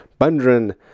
Bundren